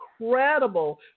incredible